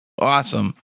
Awesome